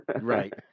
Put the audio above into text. right